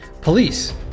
police